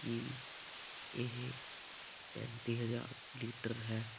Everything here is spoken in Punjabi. ਕਿ ਇਹ ਪੈਂਤੀ ਹਜ਼ਾਰ ਲੀਟਰ ਹੈ